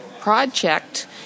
project